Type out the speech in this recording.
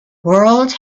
world